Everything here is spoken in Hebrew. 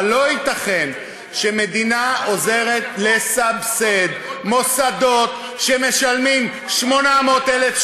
אבל לא ייתכן שמדינה עוזרת לסבסד מוסדות שמשלמים 800,000,